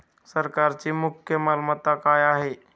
सरकारची मुख्य मालमत्ता काय आहे?